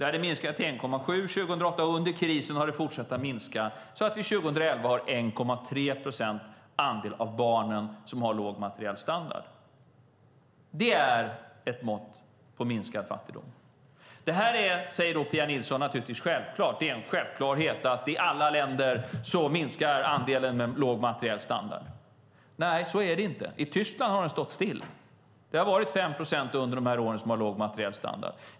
Den hade minskat till 1,7 till 2008, och under krisen har den fortsatt att minska så att år 2011 var andelen barn som hade låg materiell standard 1,3 procent. Det är ett mått på minskad fattigdom. Det här, säger Pia Nilsson, är naturligtvis självklart. I alla länder minskar andelen med låg materiell standard. Nej, så är det inte. I Tyskland har den stått still. Andelen med låg materiell standard har varit 5 procent under de här åren.